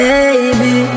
Baby